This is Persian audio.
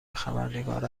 خبرنگار